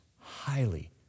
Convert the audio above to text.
Highly